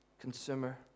consumer